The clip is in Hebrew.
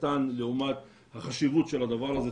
קטן לעומת החשיבות של הדבר הזה,